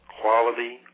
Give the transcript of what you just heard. quality